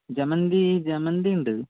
ജമന്തി ജമന്തി ഉണ്ട്